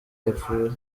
yapfuye